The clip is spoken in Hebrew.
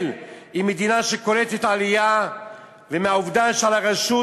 היא מדינה שקולטת עלייה ומהעובדה שעל הרשות